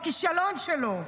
בכישלון שלו,